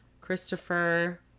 Christopher